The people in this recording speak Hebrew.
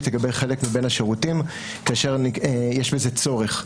לגבי חלק מבין השירותים כאשר יש בזה צורך.